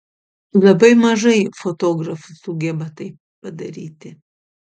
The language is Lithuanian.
labai mažai fotografų sugeba tai padaryti